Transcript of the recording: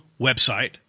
website